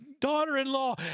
daughter-in-law